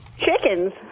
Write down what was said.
Chickens